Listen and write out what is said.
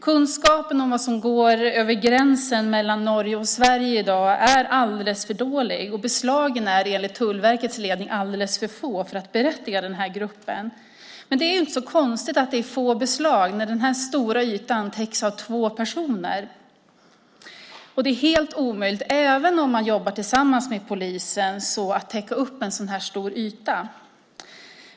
Kunskapen om vad som går över gränsen mellan Norge och Sverige i dag är alldeles för dålig, och beslagen är enligt Tullverkets ledning alldeles för få för att berättiga den här gruppen. Men det är inte så konstigt att det är få beslag, när den här stora ytan täcks av två personer. Det är helt omöjligt att täcka upp en så stor yta, även om man jobbar tillsammans med polisen.